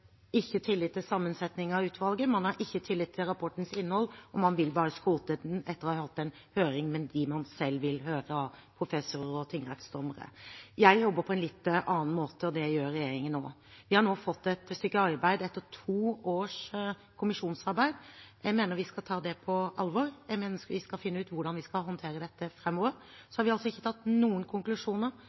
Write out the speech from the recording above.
ikke tillit til sammensetningen av utvalget. Man har ikke tillit til rapportens innhold, og man vil bare skrote den etter å ha hatt en høring med dem man selv vil høre av professorer og tingrettsdommere. Jeg jobber på en litt annen måte, og det gjør regjeringen også. Vi har nå fått et stykke arbeid etter to års kommisjonsarbeid. Jeg mener vi skal ta det på alvor. Jeg mener vi skal finne ut hvordan vi skal håndtere dette framover. Så har vi ikke trukket noen konklusjoner.